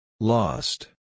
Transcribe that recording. Lost